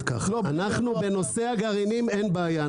בנושא הגרעינים אין בעיה,